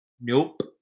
Nope